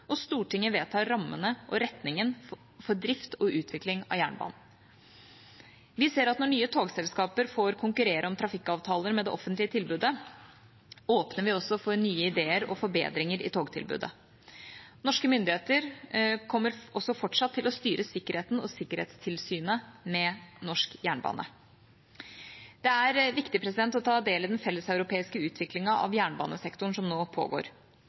og Stortinget vedtar rammene og retningen for drift og utvikling av jernbanen. Vi ser at når nye togselskaper får konkurrere om trafikkavtaler med det offentlige tilbudet, åpner vi også for nye ideer om forbedringer i togtilbudet. Norske myndigheter kommer fortsatt til å styre sikkerheten og sikkerhetstilsynet med norsk jernbane. Det er viktig å ta del i den felleseuropeiske utviklingen av jernbanesektoren som nå pågår.